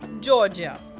Georgia